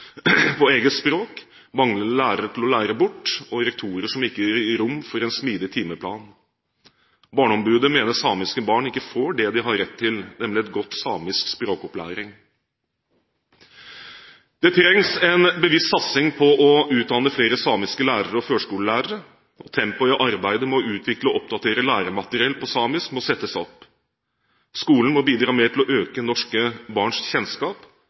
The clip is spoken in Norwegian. eget språk og lærere til å lære bort, og grunnet rektorer som ikke vil gi rom for en smidig timeplan. Barneombudet mener samiske barn ikke får det de har rett til, nemlig en god samisk språkopplæring. Det trengs en bevisst satsing på å utdanne flere samiske lærere og førskolelærere. Tempoet i arbeidet med å utvikle og oppdatere læremateriell på samisk må settes opp. Skolen må bidra mer til å øke norske barns kjennskap